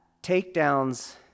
Takedown's